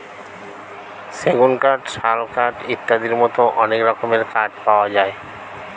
সেগুন কাঠ, শাল কাঠ ইত্যাদির মতো অনেক রকমের কাঠ পাওয়া যায়